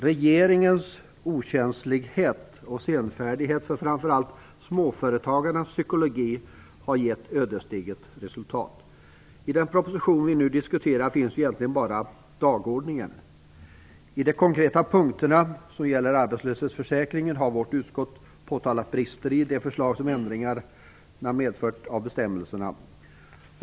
Regeringens senfärdighet och okänslighet för framför allt småföretagarnas psykologi har gett ödesdigert resultat. I den proposition vi nu diskuterar finns egentligen bara dagordningen. Beträffande de konkreta punkter som gäller arbetslöshetsförsäkringen har vårt utskott påtalat brister i förslagen till ändringar av bestämmelserna.